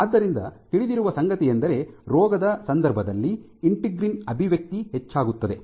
ಆದ್ದರಿಂದ ತಿಳಿದಿರುವ ಸಂಗತಿಯೆಂದರೆ ರೋಗದ ಸಂದರ್ಭದಲ್ಲಿ ಇಂಟಿಗ್ರಿನ್ ಅಭಿವ್ಯಕ್ತಿ ಹೆಚ್ಚಾಗುತ್ತದೆ